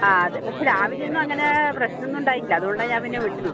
ആ അതെ പക്ഷേ രാവിലെയൊന്നും അങ്ങനെ പ്രശ്നമൊന്നും ഉണ്ടായിട്ടില്ല അതുകൊണ്ടാണ് ഞാൻ പിന്നെ വിട്ടതേ